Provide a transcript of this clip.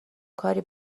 کاری